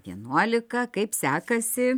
vienuolika kaip sekasi